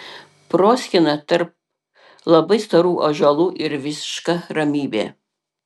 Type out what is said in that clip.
proskyna tarp labai storų ąžuolų ir visiška ramybė